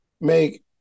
make